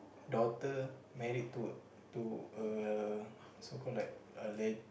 daughter married to to uh so called like a le~